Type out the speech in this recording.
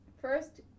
first